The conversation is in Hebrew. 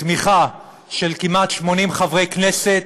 בתמיכה של כמעט 80 חברי כנסת,